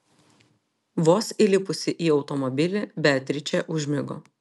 vos įlipusi į automobilį beatričė užmigo